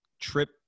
trip